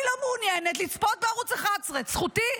אני לא מעוניינת לצפות בערוץ 11. זכותי?